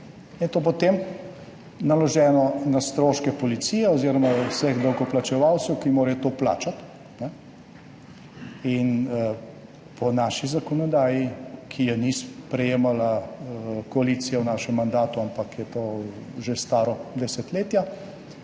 To je potem naloženo na stroške policije oziroma vseh davkoplačevalcev, ki morajo to plačati. In po naši zakonodaji, ki je ni sprejemala koalicija v našem mandatu, ampak je to staro že desetletja,